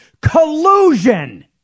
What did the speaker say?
collusion